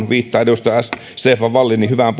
viittaan edustaja stefan wallinin hyvään